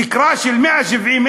תקרה של 170,000,